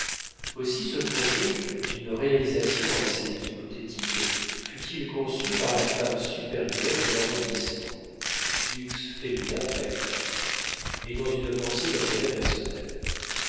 aussi ce projet d'une réalisation assez hypothétique fut-il conçu par la femme supérieure de l'arrondissement dux femina facti mais dans une pensée d'intérêt personnel